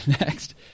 next